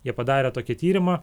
jie padarė tokį tyrimą